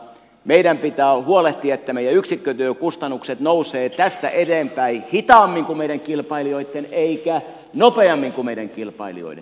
meidän pitää huolehtia että meidän yksikkötyökustannuksemme nousevat tästä eteenpäin hitaammin kuin meidän kilpailijoiden eikä nopeammin kuin meidän kilpailijoiden